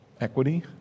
equity